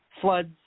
floods